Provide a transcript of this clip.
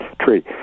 tree